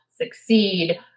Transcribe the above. succeed